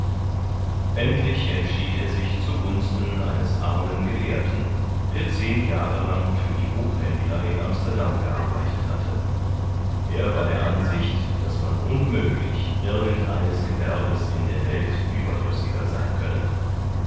endlich entschied er sich zu gunsten eines armen gelehrten der zehn jahre lang für die buchhändler in amsterdam gearbeitet hatte er war der ansicht daß man unmöglich irgend eines gewerbes in der welt überdrüssiger sein könne